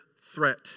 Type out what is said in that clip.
threat